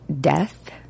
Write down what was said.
death